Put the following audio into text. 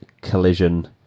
collision